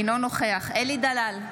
אינו נוכח אלי דלל,